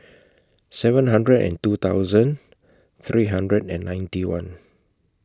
seven hundred and two hundred three hundred and ninety one